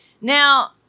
Now